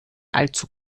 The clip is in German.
allzu